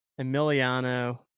Emiliano